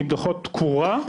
עם דוחות קורה,